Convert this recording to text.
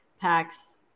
packs